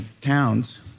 towns